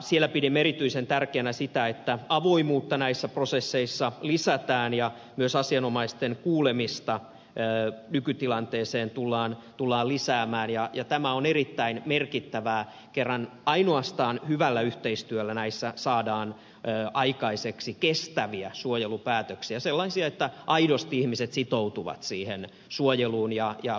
siellä pidimme erityisen tärkeänä sitä että avoimuutta näissä prosesseissa lisätään ja myös asianomaisten kuulemista nykytilanteesta tullaan lisäämään ja tämä on erittäin merkittävää kerran ainoastaan hyvällä yhteistyöllä näissä saadaan aikaiseksi kestäviä suojelupäätöksiä sellaisia että aidosti ihmiset sitoutuvat siihen suojeluun ja ylläpitämiseen